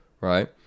right